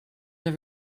have